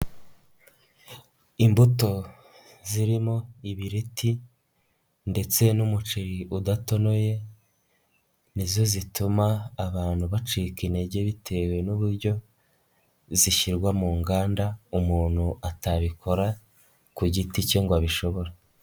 Imbuto zirimo ibiriti ndetse n'umuceri udatonoye nizo zituma abantu bacika intege bitewe n'uburyo zishyirwa mu nganda, umuntu atabikora ku giti cye ngo abishobore.